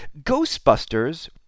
Ghostbusters